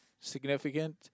significant